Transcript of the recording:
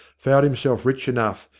found himself rich enough,